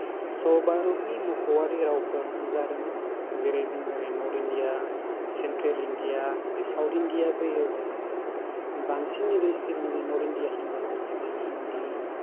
स' भारतनि मावख'वारि रावफोरानो जादों जेरै जों ओरै नर्थ इण्डिया सेन्ट्रेल इण्डिया बा साउथ इण्डिया फैयोबा बांसिन ओरै सेन्ट्रेलि नर्थ इण्डिया होनोबा जोंना बे हिन्दी